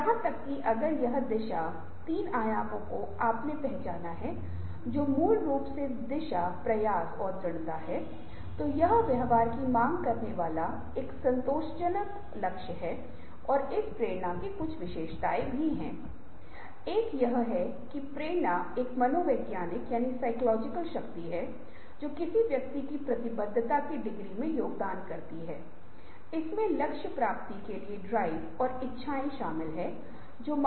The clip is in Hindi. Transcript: और क्योंकि बेहतर दक्षता और सस्ते उत्पाद और सेवाएं प्रतियोगियों द्वारा पेश किए गए लोगों की तुलना में अधिक आकर्षक हैं और नवीनीकरण को बढ़ावा देने के लिए हमें न केवल यह मुद्दा है बल्कि हमें यह सुनिश्चित करना होगा कि संगठन संरचना और प्रक्रिया रचनात्मकता और नवीनीकरण दोनों को अनुकूलित करें